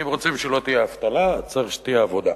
אם רוצים שלא תהיה אבטלה צריך שתהיה עבודה.